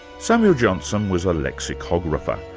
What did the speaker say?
samuel johnson was a lexicographer.